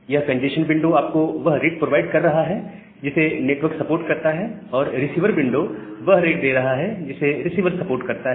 यह congestion window आपको वह रेट प्रोवाइड कर रहा है जिसे नेटवर्क सपोर्ट करता है और रिसीवर विंडो वह रेट दे रहा है जिसे रिसीवर सपोर्ट करता है